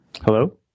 Hello